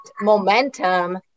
momentum